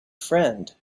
friend